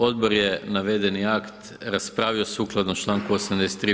Odbor je navedeni akt raspravio sukladno članku 83.